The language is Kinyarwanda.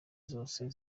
zose